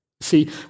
See